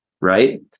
right